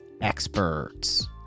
experts